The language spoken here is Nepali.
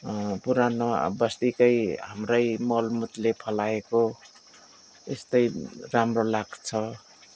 पुरानो बस्तीकै हाम्रै मल मुतले फलाएको यस्तै राम्रो लाग्छ